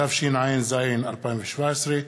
התשע"ז 2017,